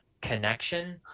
connection